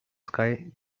sky